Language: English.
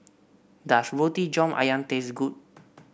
does Roti John ayam taste good